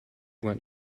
went